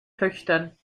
töchtern